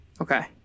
Okay